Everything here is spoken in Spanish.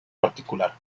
particular